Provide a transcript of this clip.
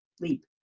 leap